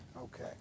Okay